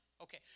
Okay